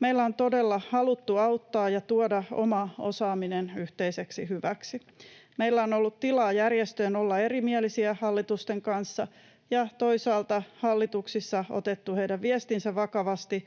Meillä on todella haluttu auttaa ja tuoda oma osaaminen yhteiseksi hyväksi. Meillä on ollut tilaa järjestöjen olla erimielisiä hallitusten kanssa, ja toisaalta hallituksissa on otettu heidän viestinsä vakavasti,